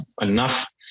enough